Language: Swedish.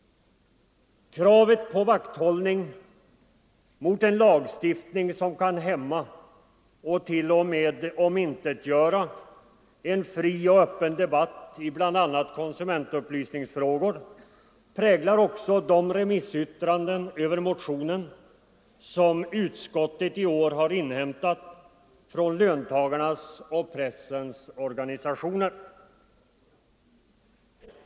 Kravet på vakthållning mot en lagstiftning som kan hämma och t. 0. m. omintetgöra en fri och öppen debatt i bl.a. konsumentupplysningsfrågor präglar också de remissyttranden över motionen som utskottet i år har inhämtat från löntagarnas och pressens organisationer.